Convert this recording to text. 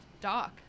Doc